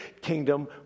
kingdom